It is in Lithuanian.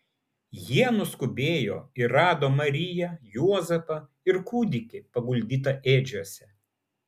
jie nuskubėjo ir rado mariją juozapą ir kūdikį paguldytą ėdžiose